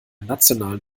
nationalen